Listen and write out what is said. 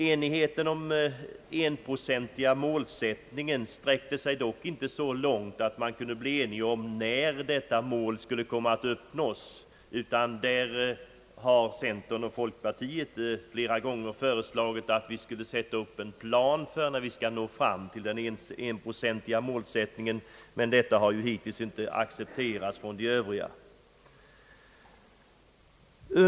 Enigheten om den 1 procentiga målsättningen sträckte sig dock inte så långt att man kunde bli enig om när detta mål skulle uppnås. Centern och folkpartiet har flera gånger föreslagit att vi skulle sätta upp en plan för när vi skall nå fram till 1 procentmålet, men detta har hittills inte accepterats av de övriga partierna.